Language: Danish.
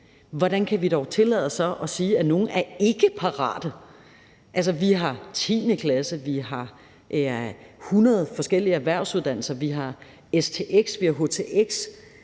Hvordan kan vi dog så tillade os at sige, at nogle er ikkeparate? Altså, vi har 10. klasse, vi har hundrede forskellige erhvervsuddannelser, vi har stx, vi har htx,